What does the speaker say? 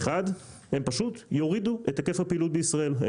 הן פשוט יורידו את היקף הפעילות בישראל.